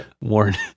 warn